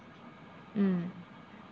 mm